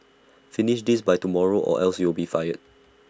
finish this by tomorrow or else you'll be fired